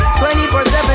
24-7